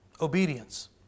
Obedience